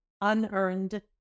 unearned